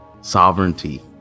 sovereignty